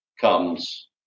comes